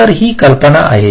तर ही कल्पना आहे